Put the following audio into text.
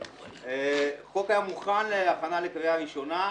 החוק היה מוכן להכנה לקריאה ראשונה,